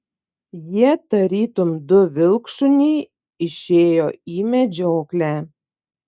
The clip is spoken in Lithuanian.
jie tarytum du vilkšuniai išėjo į medžioklę